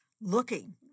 looking